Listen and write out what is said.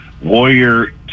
warrior